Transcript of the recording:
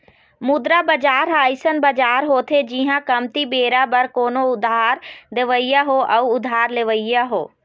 मुद्रा बजार ह अइसन बजार होथे जिहाँ कमती बेरा बर कोनो उधार देवइया हो अउ उधार लेवइया हो